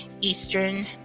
Eastern